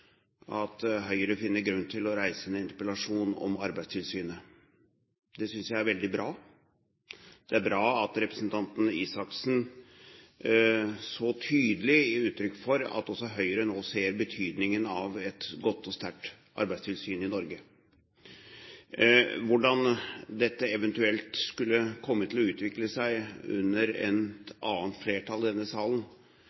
at Høyre finner grunn til å reise en interpellasjon om Arbeidstilsynet. Det synes jeg er veldig bra. Det er bra at representanten Røe Isaksen så tydelig gir uttrykk for at også Høyre nå ser betydningen av et godt og sterkt arbeidstilsyn i Norge. Hvordan dette eventuelt skulle komme til å utvikle seg under